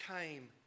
came